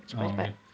oh okay